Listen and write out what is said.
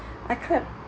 I can't